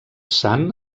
sant